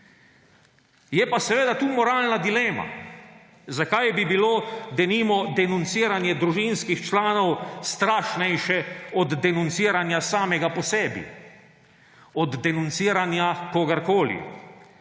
Je pa seveda tukaj moralna dilema, zakaj bi bilo denimo denunciranje družinskih članov strašnejše od denunciranja samega po sebi, od denunciranja kogarkoli.